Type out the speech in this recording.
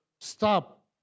stop